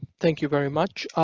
thank you very much. ah